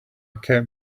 kept